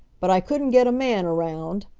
but i couldn't get a man around.